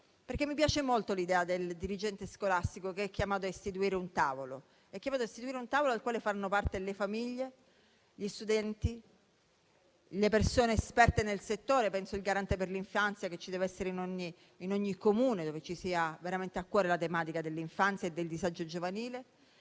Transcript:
mi piace molto l'idea del dirigente scolastico chiamato a istituire un tavolo del quale fanno parte le famiglie, gli studenti, le persone esperte nel settore. Penso al garante per l'infanzia, figura che deve essere presente in ogni Comune dove si abbia veramente a cuore la tematica dell'infanzia e del disagio giovanile.